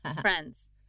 friends